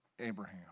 abraham